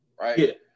right